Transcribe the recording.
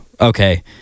okay